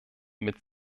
mit